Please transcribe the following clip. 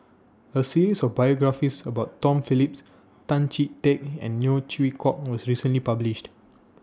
A series of biographies about Tom Phillips Tan Chee Teck and Neo Chwee Kok was recently published